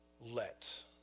Let